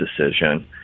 decision